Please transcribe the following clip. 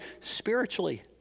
spiritually